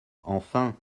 enfin